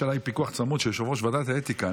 יש עליי פיקוח צמוד של יושב-ראש ועדת האתיקה.